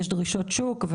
יש דרישות שוק,